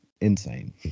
insane